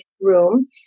room